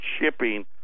shipping